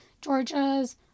Georgia's